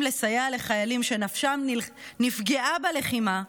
לסייע לחיילים שנפשם נפגעה בלחימה,